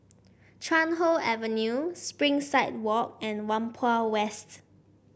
Chuan Hoe Avenue Springside Walk and Whampoa West